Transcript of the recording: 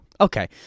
Okay